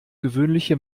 gewöhnliche